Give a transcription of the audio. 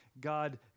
God